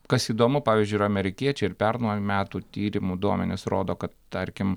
kas įdomu pavyzdžiui ir amerikiečiai ir pernai metų tyrimų duomenys rodo kad tarkim